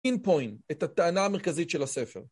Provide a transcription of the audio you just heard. אינפוינט, את הטענה המרכזית של הספר.